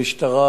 המשטרה